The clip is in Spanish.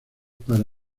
para